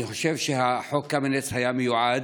אני חושב, חוק קמיניץ היה מיועד,